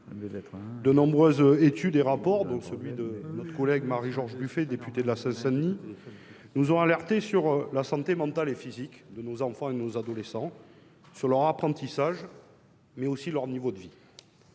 De nombreuses études et rapports, dont celui de notre collègue Marie-George Buffet, députée de la Seine-Saint-Denis, nous ont alertés sur la santé mentale et physique de nos enfants et de nos adolescents, sur leur apprentissage, mais aussi sur leur niveau de vie.